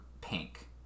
pink